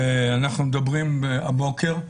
אנחנו מדברים הבוקר,